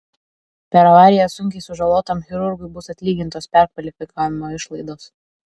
per avariją sunkiai sužalotam chirurgui bus atlygintos perkvalifikavimo išlaidos